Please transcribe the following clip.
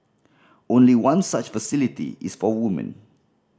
only one such facility is for woman